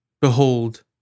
Behold